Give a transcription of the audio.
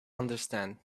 understand